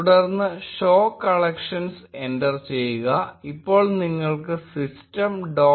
തുടർന്ന് show collections enter ചെയ്യുക ഇപ്പോൾ നിങ്ങൾക്ക് system